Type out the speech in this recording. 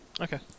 Okay